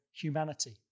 humanity